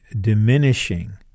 diminishing